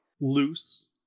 loose